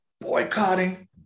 boycotting